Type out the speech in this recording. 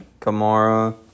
Kamara